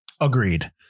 Agreed